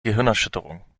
gehirnerschütterung